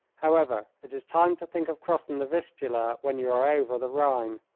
however, it is time to think of crossing the vistula when you are over the rhine,